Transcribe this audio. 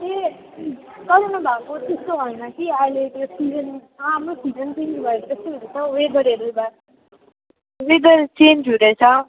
ए कराउनु भएको त्यस्तो होइन कि अहिले त्यो सिजन आ आफ्नो सिजन चेन्ज भएकोले यस्तो हुन्छ वेदरहरू भयो वेदर चेन्ज हुँदैछ